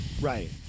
Right